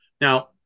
Now